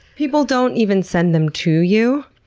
people don't even send them to you?